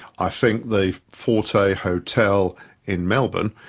i think the forte hotel in melbourne,